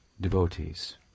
devotees